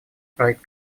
проект